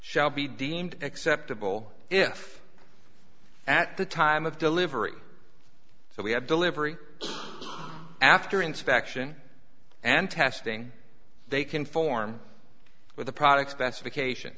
shall be deemed acceptable if at the time of delivery so we have delivery after inspection and testing they conform with the products that's vacation